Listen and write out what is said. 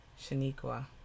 Shaniqua